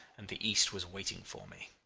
and the east was waiting for me.